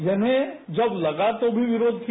यानि जब लगा तो भी विरोघ किया